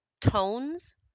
tones